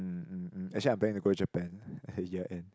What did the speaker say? um um um actually I planning to go Japan at the year end